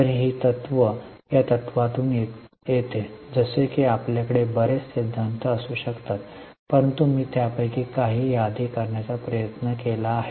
तर ही तत्त्व या तत्त्वातून येते जसे की आपल्याकडे बरेच सिद्धांत असू शकतात परंतु मी त्यापैकी काही यादी करण्याचा प्रयत्न केला आहे